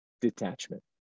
detachment